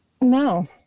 no